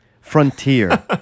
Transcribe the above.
Frontier